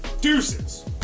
Deuces